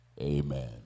Amen